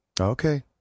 Okay